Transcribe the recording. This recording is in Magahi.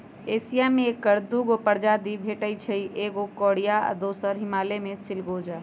एशिया में ऐकर दू गो प्रजाति भेटछइ एगो कोरियाई आ दोसर हिमालय में चिलगोजा